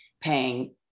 paying